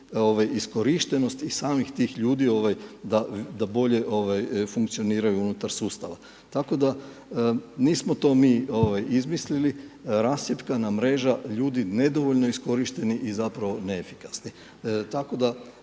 iskorištenost i samih tih ljudi da bolje funkcioniraju unutar sustava. Tako da, nismo to mi izmislili. Rascjepkana mreža ljudi nedovoljno iskorišteni i zapravo neefikasni. Tako da